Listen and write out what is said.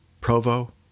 Provo